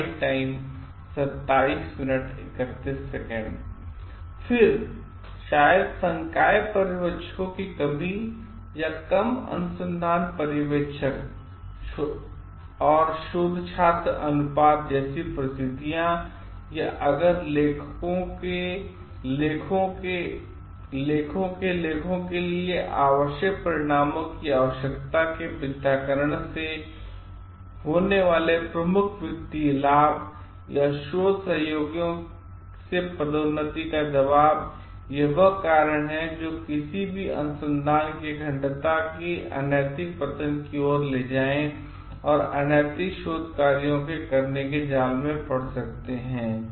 फिर शायद संकाय पर्यवेक्षकों की कमी या कम अनुसन्धान पर्यवेक्षक शोध छात्र अनुपात जैसी परिस्थितियां या अगर लेखों के लेखों के लिए आवश्यक परिणामों की आवश्यकता के मिथ्याकरण से से होने वाले प्रमुख वित्तीय लाभ या शोध सहयोगियों से पदोन्नति का दबाव यह वह कारण हैं जो किसी को अनुसंधान की अखंडता की अनैतिक पतन की ओर ले जाएं और अनैतिक शोध कार्यों को करने के जाल में पड़ सकते हैं